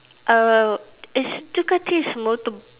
err it's Ducati is motor